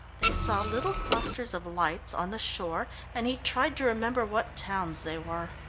they saw little clusters of lights on the shore, and he tried to remember what towns they were.